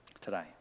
today